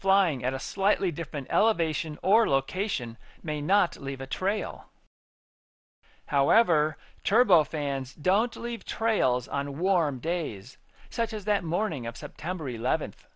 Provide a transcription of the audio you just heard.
flying at a slightly different elevation or location may not leave a trail however turbo fans don't leave trails on warm days such as that morning of september eleventh